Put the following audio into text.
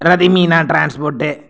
Rathimeena transport